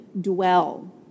dwell